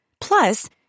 Plus